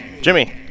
Jimmy